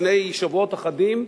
לפני שבועות אחדים,